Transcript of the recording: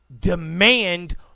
demand